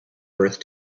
birth